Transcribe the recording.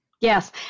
Yes